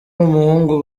n’umuhungu